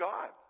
God